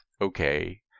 okay